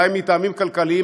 אולי מטעמים כלכליים,